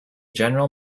general